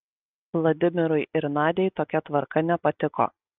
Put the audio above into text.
vladimirui ir nadiai tokia tvarka nepatiko